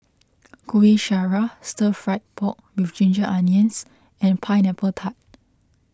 Kuih Syara Stir Fry Pork with Ginger Onions and Pineapple Tart